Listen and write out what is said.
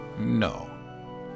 No